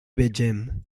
vegem